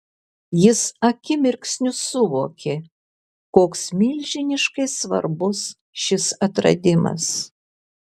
jis akimirksniu suvokė koks milžiniškai svarbus šis atradimas